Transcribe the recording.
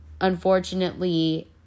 unfortunately